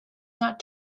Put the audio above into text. not